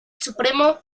supremo